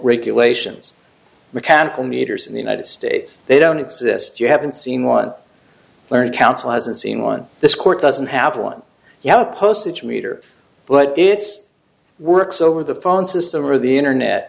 regulations mechanical meters in the united states they don't exist you haven't seen one learned counsel hasn't seen one this court doesn't have one you have a postage meter but it's works over the phone system or the internet